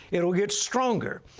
it will get stronger.